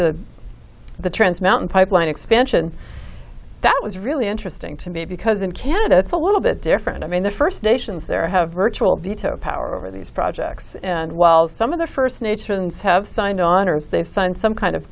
to the transmission pipeline expansion that was really interesting to me because in canada it's a little bit different i mean the first nations there have ritual veto power over these projects and while some of the first nature have signed on as they've signed some kind of